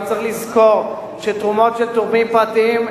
רק צריך לזכור שתרומות של תורמים פרטיים,